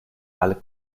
alle